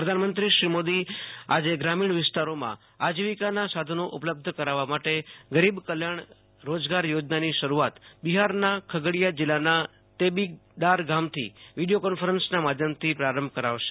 પ્રધાનમંત્રી શ્રી મોદી આજે ગ્રામિણ વિસ્તારોમાં આજીવિકાના સાધનો ઉપલબ્ધ કરાવવા માટે ગરીબ કલ્યાણ રોજગાર યોજનાની શરૂઆત બિહારના ખગડિયા જિલ્લાના તેબીદાર ગામથી વિડિયો કોન્ફરન્સના માધ્યમથી પ્રારંભ કરાવશે